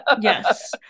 Yes